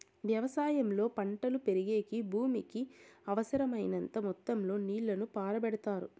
వ్యవసాయంలో పంటలు పెరిగేకి భూమికి అవసరమైనంత మొత్తం లో నీళ్ళను పారబెడతారు